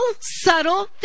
subtle